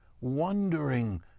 wondering